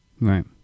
Right